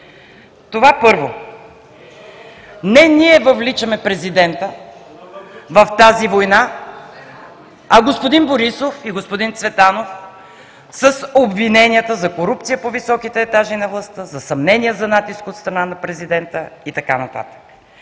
Това първо. Не ние въвличаме президента в тази война, а господин Борисов и господин Цветанов с обвиненията за корупция по високите етажи на властта, за съмнения за натиск от страна на президента и така нататък.